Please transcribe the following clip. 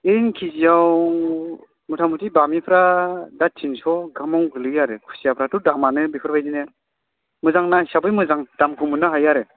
बिदिनो केजिआव मुथा मुथि बामिफोरा दा टिनस' गाहामाव गोग्लैयो आरो खुसियाफ्राथ' दामानो बेफोरबायदिनो मोजां ना हिसाबै मोजां दामखौ मोन्नो हायो आरो